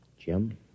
Jim